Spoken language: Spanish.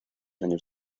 años